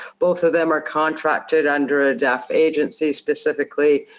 both of them are contracted under a deaf agency specifically.